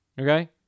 okay